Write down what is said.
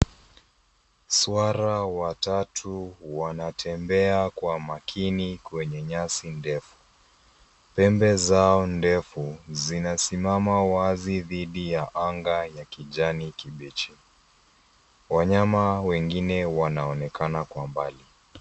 Swara watatu wanatembea kwa makini kwenye nyasi ndefu. Pembe zao ndefu zinasimama wazi dhidi ya anga ya kijani kibichi. Wanyama wanaonekana kwa mbali.